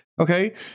Okay